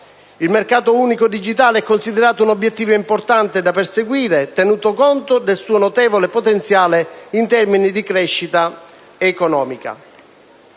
Il mercato unico digitale è considerato un obiettivo importante da perseguire, tenuto conto del suo notevole potenziale in termini di crescita economica.